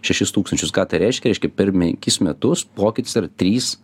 šešis tūkstančius ką tai reiškia reiškia per penkis metus pokytis yra trys